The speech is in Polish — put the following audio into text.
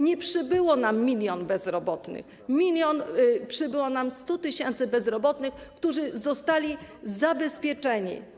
Nie przybyło nam 1 mln bezrobotnych, przybyło nam 100 tys. bezrobotnych, którzy zostali zabezpieczeni.